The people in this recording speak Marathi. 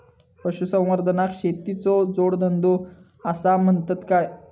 पशुसंवर्धनाक शेतीचो जोडधंदो आसा म्हणतत काय?